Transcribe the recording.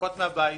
שנזרקות מהבית,